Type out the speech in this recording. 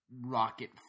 rocket